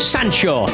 Sancho